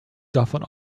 davon